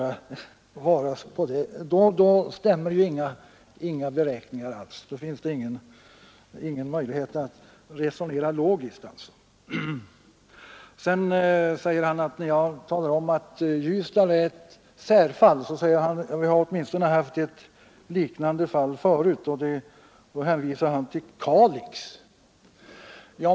Då stämmer ju inga beräkningar, och det finns ingen möjlighet att upptäcka någon logik i det påståendet. Slutligen förklarade jag att Ljusdal är ett särfall, och då svarade justitieministern att vi har haft åtminstone ett liknande fall förut, nämligen Kalix.